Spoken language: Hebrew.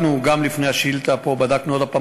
לפני הצגת השאילתה אנחנו בדקנו עוד הפעם